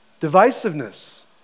Divisiveness